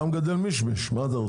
אתה מגדל משמש, מה אתה רוצה?